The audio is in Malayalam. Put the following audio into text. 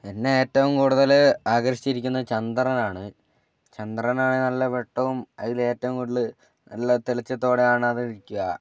എന്നെ ഏറ്റവും കൂടുതൽ ആകർഷിച്ചിരിക്കുന്നത് ചന്ദ്രനാണ് ചന്ദ്രനാണെങ്കിൽ നല്ല വെട്ടവും അതിൽ ഏറ്റവും കൂടുതൽ നല്ല തെളിച്ചത്തോടെയാണ് അത് ഇരിക്കുക